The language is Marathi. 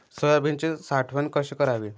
सोयाबीनची साठवण कशी करावी?